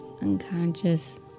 Unconscious